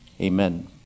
amen